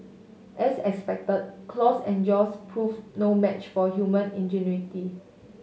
as expected claws and jaws proved no match for human ingenuity